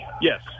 Yes